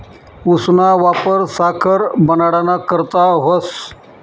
ऊसना वापर साखर बनाडाना करता व्हस